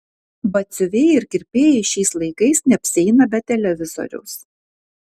batsiuviai ir kirpėjai šiais laikais neapsieina be televizoriaus